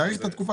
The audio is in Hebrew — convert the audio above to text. להאריך את התקופה